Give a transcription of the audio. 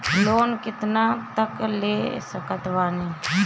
Loan कितना तक ले सकत बानी?